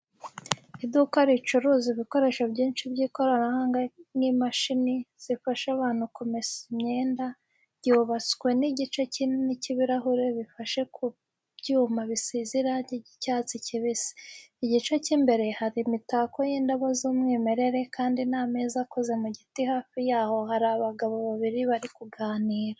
Iduka ricuruza ibikoresho byinshi by'ikoranabuhanga nk'imashini zifasha abantu kumesa imyenda, ryubatswe n'igice kinini cy'ibirahure bifashe ku byuma bisize irangi ry'icyatsi kibisi. Igice cy'imbere hari imitako y'indabo z'umwimerere kandi n'ameza akoze mu giti hafi y'aho hari abagabo babiri bari kuganira.